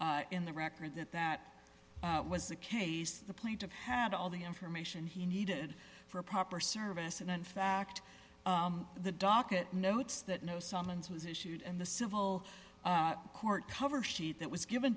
in the record that that was the case the point of hand all the information he needed for a proper service and in fact the docket notes that no summons was issued and the civil court cover sheet that was given